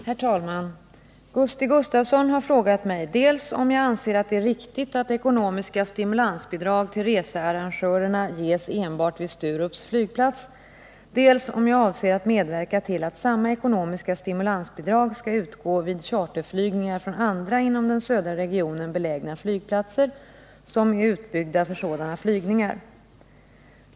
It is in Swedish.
Herr talman! Gusti Gustavsson har frågat mig dels om jag anser att det är riktigt att ekonomiska stimulansbidrag till researrangörerna ges enbart vid Sturups flygplats, dels om jag avser att medverka till att samma ekonomiska stimulansbidrag skall utgå vid charterflygningar från andra inom den södra regionen belägna flygplatser som är utbyggda för sådana flygningar.